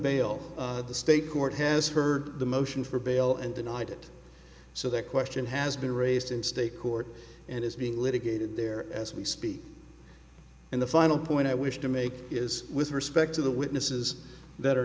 bail the state court has heard the motion for bail and denied it so that question has been raised in state court and is being litigated there as we speak and the final point i wish to make is with respect to the witnesses